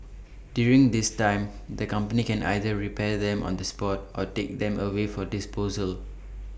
during this time the company can either repair them on the spot or take them away for disposal